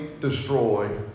destroy